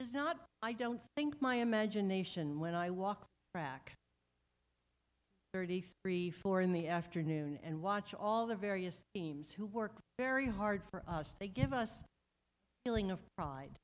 is not i don't think my imagination when i walk back thirty three four in the afternoon and watch all the various teams who work very hard for us they give us feeling of pride